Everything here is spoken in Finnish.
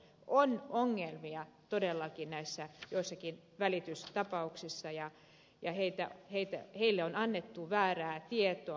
on ongelmia todellakin näissä joissakin välitystapauksissa ja heille on annettu väärää tietoa